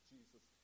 Jesus